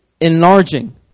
enlarging